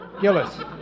Gillis